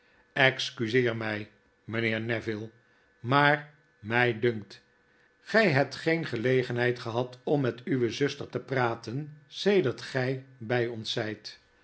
excuseer my mynheer neville maar my dunkt gy hebt geen gelegenheid gehad om met uwe zuster te praten sedert gy by ons zyt